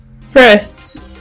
First